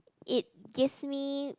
it gives me